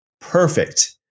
perfect